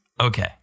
Okay